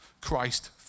Christ